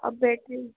اب بیٹری